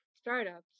Startups